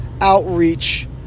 outreach